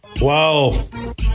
Wow